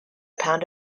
pound